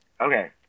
Okay